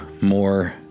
more